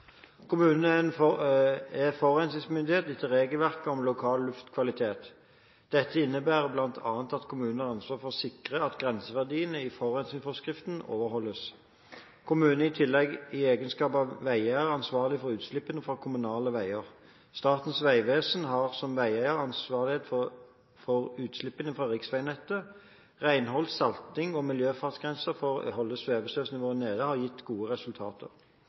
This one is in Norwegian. er forurensningsmyndighet etter regelverket om lokal luftkvalitet. Dette innebærer bl.a. at kommunene har ansvar for å sikre at grenseverdiene i forurensningsforskriften overholdes. Kommunene er i tillegg i egenskap av veieier ansvarlig for utslippene fra kommunale veier. Statens vegvesen er som veieier ansvarlig for utslippene fra riksveinettet. Renhold, salting og miljøfartsgrenser for å holde svevestøvnivåene nede har gitt gode resultater.